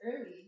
early